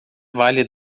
vale